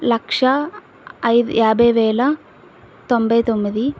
లక్ష ఐద్ యాభై వేల తొంభై తొమ్మిది